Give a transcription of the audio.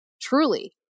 truly